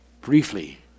briefly